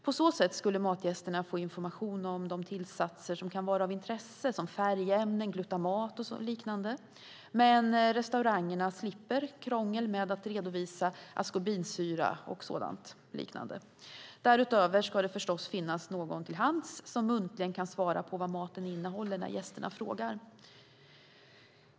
På så sätt skulle matgästerna få information om de tillsatser som kan vara av intresse, som färgämnen, glutamat och liknande, men restaurangerna slipper krångel med att redovisa askorbinsyra och liknande. Därutöver ska det förstås finnas någon till hands som muntligen kan svara på vad maten innehåller när gästerna frågar.